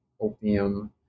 opium